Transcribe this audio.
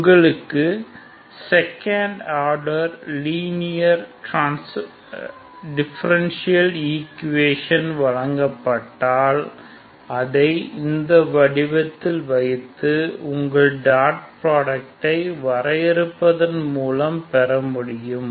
உங்களுக்கு second order linear differential equation வழங்கப்பட்டால் அதை இந்த வடிவத்தை வைத்து உங்கள் டாட் புராடக்டை வரையருப்பதன் மூலம் பெற முடியும்